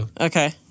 Okay